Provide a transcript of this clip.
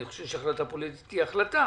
אני חושב שהחלטה פוליטית היא החלטה,